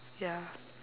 ya